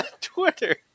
Twitter